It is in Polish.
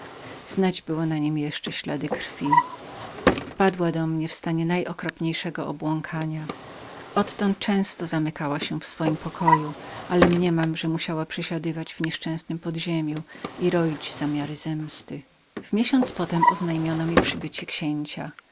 znać było jeszcze ślady krwi wpadła do mnie w stanie najokropniejszego obłąkania odtąd często zamykała się w swoim pokoju ale mniemam że musiała przesiadywać w podziemiu i roić jakieś zamiary zemsty w miesiąc potem oznajmiono mi o blizkiem przybyciu księcia